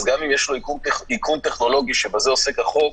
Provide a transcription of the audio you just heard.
גם אם יש לו איכון טכנולוגי שבזה עוסק החוק,